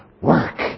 work